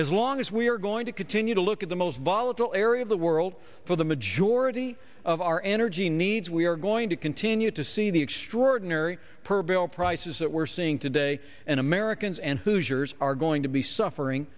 as long as we are going to continue to look at the most volatile area of the world for the majority of our energy needs we are going to continue to see the extraordinary per barrel prices that we're seeing today and americans and hoosiers are going to be suffering